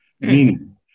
Meaning